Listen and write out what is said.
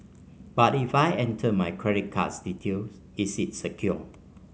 but if I enter my credit card details is it secure